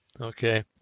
Okay